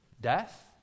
death